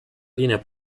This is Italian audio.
linea